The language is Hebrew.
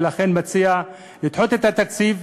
ולכן אני מציע לדחות את התקציב.